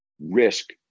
risk